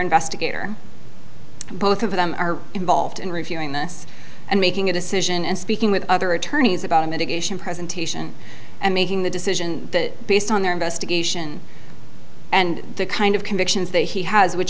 investigator both of them are involved in reviewing this and making a decision and speaking with other attorneys about a mitigation presentation and making the decision based on their investigation and the kind of convictions that he has which